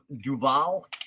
duval